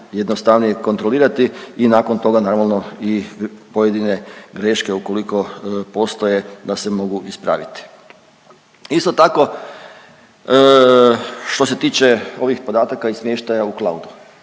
jednostavnije kontrolirati i nakon toga normalno i pojedine greške ukoliko postoje da se mogu ispraviti. Isto tako što se tiče ovih podataka i smještaja u cloudu.